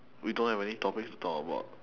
we don't have any topics to talk about